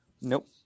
Nope